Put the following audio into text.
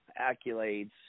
accolades